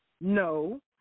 No